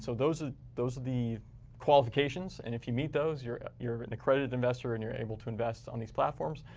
so those ah are the qualifications. and if you meet those, you're you're but an accredited investor, and you're able to invest on these platforms.